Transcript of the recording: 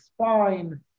spine